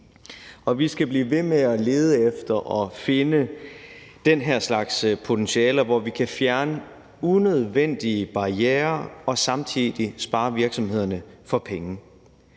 vi skal blive ved med at lede efter og finde den her slags potentialer, hvor vi kan fjerne unødvendige barrierer og samtidig spare virksomhederne for penge.